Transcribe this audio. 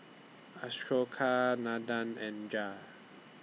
Ashoka Nandan and Raj